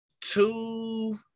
two –